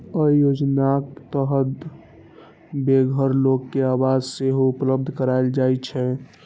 अय योजनाक तहत बेघर लोक कें आवास सेहो उपलब्ध कराएल जाइ छै